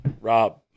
Rob